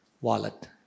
Wallet